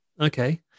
okay